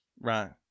right